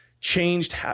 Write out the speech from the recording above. changed